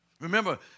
Remember